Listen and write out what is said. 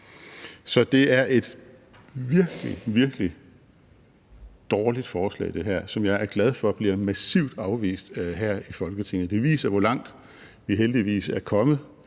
Så det er et virkelig, virkelig dårligt forslag, som jeg er glad for bliver massivt afvist her i Folketinget. Det viser, hvor langt vi heldigvis er kommet